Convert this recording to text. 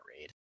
raid